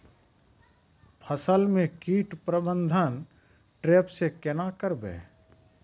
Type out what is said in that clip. फसल म कीट प्रबंधन ट्रेप से केना करबै?